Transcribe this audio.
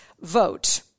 vote